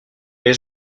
l’ai